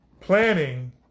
planning